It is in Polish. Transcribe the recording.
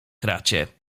kracie